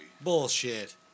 Bullshit